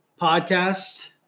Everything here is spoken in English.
Podcast